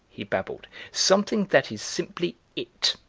he babbled, something that is simply it.